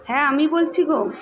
হ্যাঁ আমি বলছি গো